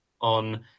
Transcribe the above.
on